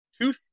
two